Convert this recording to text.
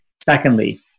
Secondly